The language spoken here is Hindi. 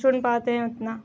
सुन पाते हैं उतना